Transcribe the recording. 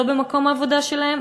לא במקום העבודה שלהן,